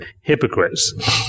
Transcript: hypocrites